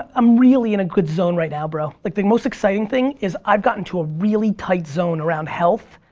i'm really in a good zone right now bro, like the most exciting thing is, i've gotten to a really tight zone around health,